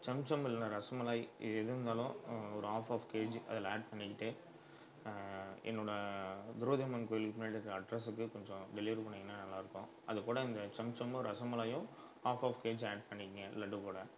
சம்சம் இல்லைனா ரசமலாய் இது எது இருந்தாலும் ஒரு ஆஃப் ஆஃப் கேஜி அதில் ஆட் பண்ணிக்கிட்டு என்னோடய திரௌபதி அம்மன் கோயிலுக்கு பின்னாடி இருக்க அட்ரெஸுக்கு கொஞ்சம் டெலிவரி பண்ணிணீங்கன்னா நல்லாயிருக்கும் அதுக்கூட இந்த சம்சம்மு ரசமலாயும் ஆஃப் ஆஃப் கேஜி ஆட் பண்ணிக்கோங்க லட்டு கூட